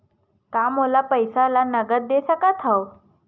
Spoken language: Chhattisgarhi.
का मोला पईसा ला नगद दे सकत हव?